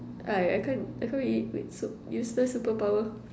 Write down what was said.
I I can't I can't really wait so useless superpower